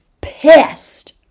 pissed